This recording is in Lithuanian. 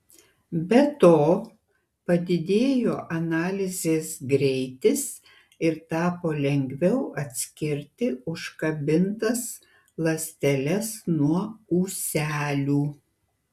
be to padidėjo analizės greitis ir tapo lengviau atskirti užkabintas ląsteles nuo ūselių